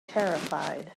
terrified